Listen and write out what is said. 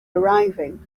arriving